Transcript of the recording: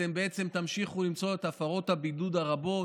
אתם בעצם תמשיכו למצוא את הפרות הבידוד הרבות.